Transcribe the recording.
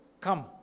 come